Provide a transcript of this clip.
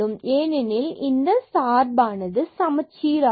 ஏனெனில் இந்த சார்பானது சமச்சீர் ஆனது